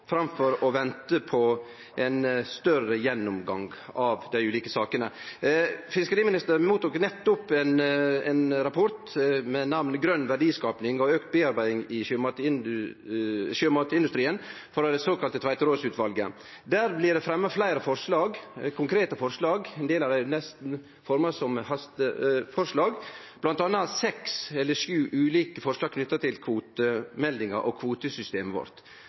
framfor å vente på ein større gjennomgang av dei ulike sakene. Fiskeriministeren tok nettopp imot ein rapport, med namnet «Grønn verdiskaping og økt bearbeiding i sjømatindustrien», frå det såkalla Tveiterås-utvalet. Der blir det fremja fleire konkrete forslag, ein del av dei nesten forma som hasteforslag, bl.a. seks eller sju ulike forslag knytte til kvotemeldinga og kvotesystemet vårt.